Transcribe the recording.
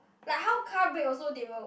like how car brake also they will